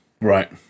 right